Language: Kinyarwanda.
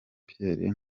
pierre